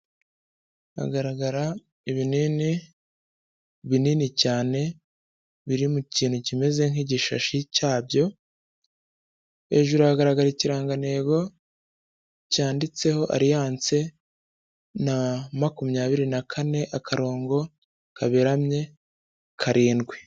Hagaragara ibinini binini cyane biri mu kintu kimeze nk'igishashi cyabyo, hejuru hagaragara ikirangantego cyanditseho alliance na makumyabiri na kane akarongo kaberamye karindwi.